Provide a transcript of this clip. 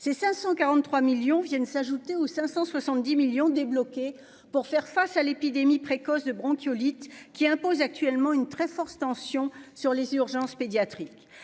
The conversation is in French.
ces 543 millions viennent s'ajouter aux 570 millions débloqués pour faire face à l'épidémie précoce de bronchiolite qui imposent actuellement une très forte tension sur les urgences pédiatriques